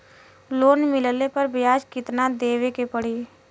Loan मिलले पर ब्याज कितनादेवे के पड़ी?